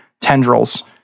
tendrils